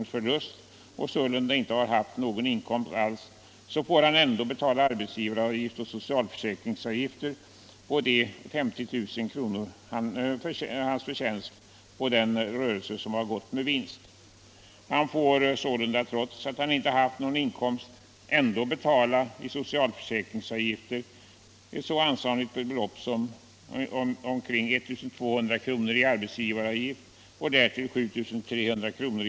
i förlust och han sålunda inte har haft någon inkomst alls, så får han ändå betala arbetsgivaravgift och socialförsäkringsavgifter på de 50 000 kr. han fått i förtjänst på den rörelse som gått med vinst. Han får sålunda trots att han inte haft någon inkomst betala i socialförsäkringsavgifter ett så ansenligt belopp som omkring 1 200 kr. i arbetsgivaravgift och därtill 7 300 kr.